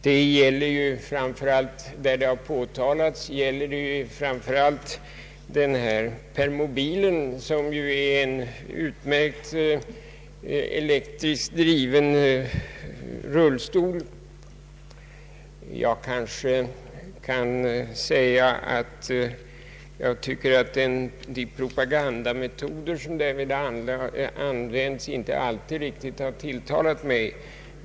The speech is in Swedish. Det gäller framför allt permobilen, som ju är en utmärkt, elektriskt driven rullstol. Jag kanske kan säga att de propagandametoder som har använts för den inte alltid riktigt har tilltalat mig.